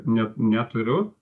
ne neturiu